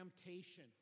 temptation